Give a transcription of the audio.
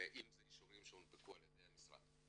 ואם זה באישורים שהונפקו על ידי המשרד.